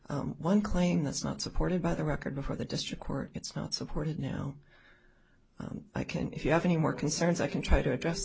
one claim that's not supported by the record before the district court it's not supported now i can if you have any more concerns i can try to address